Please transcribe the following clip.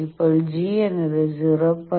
ഇപ്പോൾ G എന്നത് 0